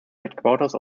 headquarters